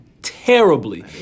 Terribly